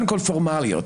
הסיבה הפורמלית: